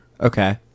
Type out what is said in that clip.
Okay